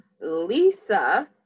Lisa